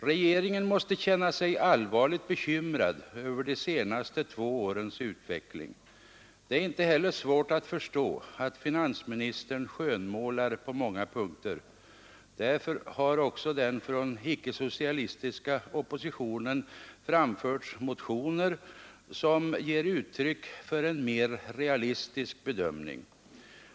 Regeringen måste känna sig allvarligt bekymrad över de senaste två årens utveckling. Det är inte heller svårt att förstå att finansministern skönmålar på många punkter. Därför har också från den icke-socialistiska oppositionen framförts motioner som ger uttryck för en mer realistisk bedömning.